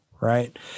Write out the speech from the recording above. Right